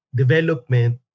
development